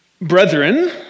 Brethren